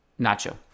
Nacho